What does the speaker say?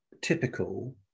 typical